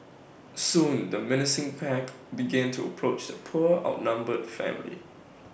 soon the menacing pack begin to approach the poor outnumbered family